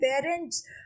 parents